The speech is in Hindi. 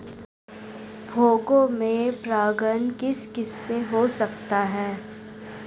पौधों में परागण किस किससे हो सकता है?